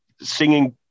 singing